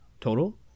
total